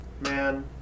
Man